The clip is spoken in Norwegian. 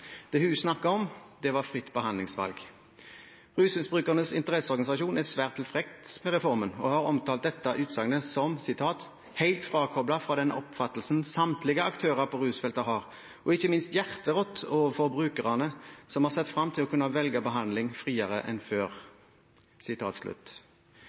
Det hun snakket om, var fritt behandlingsvalg. Rusmisbrukernes Interesseorganisasjon er svært tilfreds med reformen og har omtalt dette utsagnet som «helt frakoblet fra den oppfattelsen samtlige aktører på rusfeltet har, og ikke minst hjerterått overfor brukerne som har sett frem til å kunne velge behandling friere enn før».